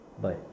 Bye